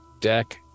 deck